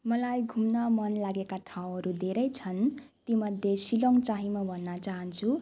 मलाई घुम्न मन लागेका ठाउँहरू धेरै छन् ती मध्ये सिलङ चाहिँ म भन्न चाहन्छु